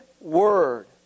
word